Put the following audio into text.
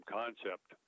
concept